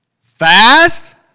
Fast